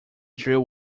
drew